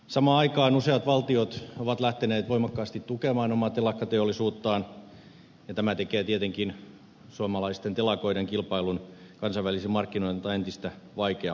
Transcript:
samaan aikaan useat valtiot ovat lähteneet voimakkaasti tukemaan omaa telakkateollisuuttaan ja tämä tekee tietenkin suomalaisten telakoiden kilpailun kansainvälisillä markkinoilla entistä vaikeammaksi